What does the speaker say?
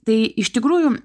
tai iš tikrųjų